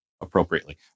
appropriately